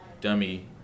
dummy